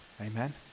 amen